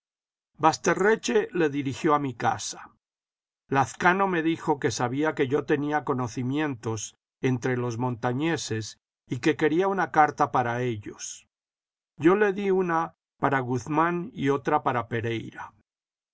basterreche basterreche le dirigió a mi casa lazcano me dijo que sabía que yo tenía conocimientos entre los montañeses y que quería una carta para ellos yo le di una para guzmán y otra para pereyra